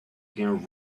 again